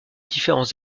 différents